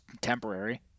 temporary